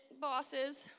bosses